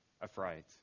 afraid